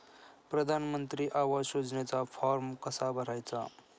प्रधानमंत्री आवास योजनेचा फॉर्म कसा भरायचा?